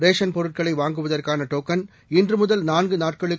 ration பொருட்களை வாங்குவதற்கான token இன்று முதல் நான்கு நாட்களுக்கு